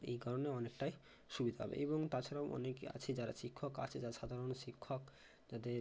এই কারণে অনেকটাই সুবিধা হবে এবং তাছাড়াও অনেকে আছে যারা শিক্ষক আছে যারা সাধারণ শিক্ষক তাদের